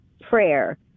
prayer